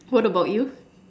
what about you